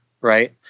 right